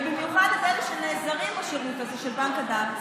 ובמיוחד את אלה שנעזרים בשירות הזה של בנק הדם,